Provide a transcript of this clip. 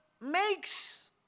makes